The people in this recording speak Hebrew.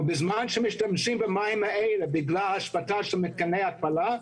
ובזמן שמשתמשים במים האלה בגלל השבתה של מתקני ההתפלה,